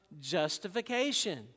justification